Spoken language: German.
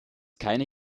keine